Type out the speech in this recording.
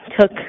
took